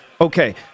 Okay